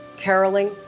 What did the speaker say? caroling